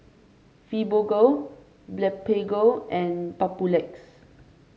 Fibogel Blephagel and Papulex